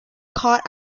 caught